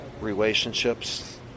relationships